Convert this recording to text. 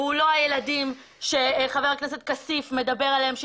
והוא לא הילדים שחבר הכנסת כסיף מדבר עליהם,